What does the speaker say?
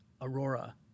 aurora